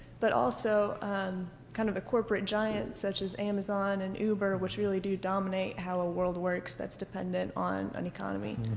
but also kind of the corporate giants such as amazon and uber, which really do dominate how a world works that's dependent on an economy.